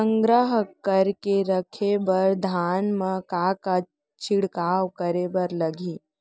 संग्रह करके रखे बर धान मा का का छिड़काव करे बर लागही?